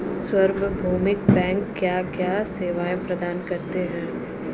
सार्वभौमिक बैंक क्या क्या सेवाएं प्रदान करते हैं?